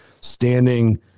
standing